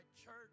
church